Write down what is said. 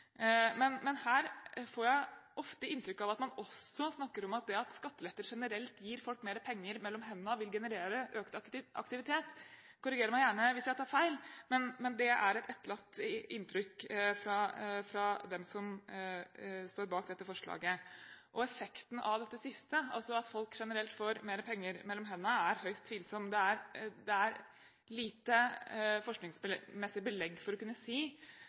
Men her får jeg ofte inntrykk av at man også snakker om at det at skatteletter generelt gir folk mer penger mellom hendene, vil generere økt aktivitet. Korriger meg gjerne hvis jeg tar feil, men det er et etterlatt inntrykk fra dem som står bak dette forslaget. Effekten av dette siste, altså at folk generelt får mer penger mellom hendene, er høyst tvilsom. Det er lite forskningsmessig belegg for å kunne si